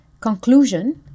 conclusion